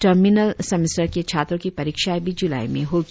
terminal semester के छात्रों की परीक्षाएं भी ज्लाई में होंगी